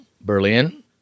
Berlin